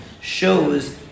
shows